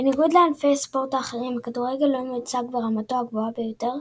בניגוד לענפי ספורט אחרים הכדורגל לא מיוצג ברמתו הגבוהה ביותר,